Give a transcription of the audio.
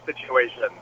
situation